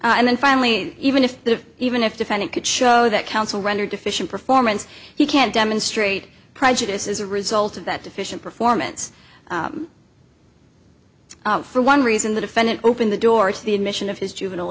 and then finally even if the even if defendant could show that counsel render deficient performance he can't demonstrate prejudice as a result of that deficient performance for one reason the defendant opened the door to the admission of his juvenile